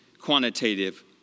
quantitative